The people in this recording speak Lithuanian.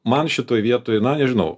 man šitoj vietoj na žinau